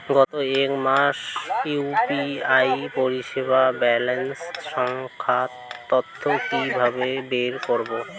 গত এক মাসের ইউ.পি.আই পরিষেবার ব্যালান্স সংক্রান্ত তথ্য কি কিভাবে বের করব?